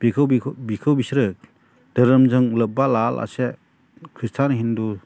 बेखौ बिसोरो धोरोमजों लोब्बा लाया लासे ख्रिस्थान हिन्दु